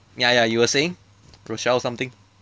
ya ya you were saying rochel something